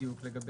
לגבי